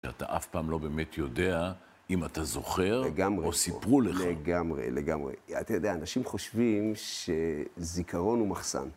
אתה אף פעם לא באמת יודע אם אתה זוכר, או סיפרו לך. לגמרי, לגמרי. אתה יודע, אנשים חושבים שזיכרון הוא מחסן.